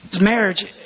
marriage